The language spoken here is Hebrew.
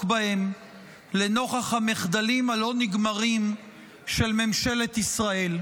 בהם לנוכח המחדלים הלא-נגמרים של ממשלת ישראל,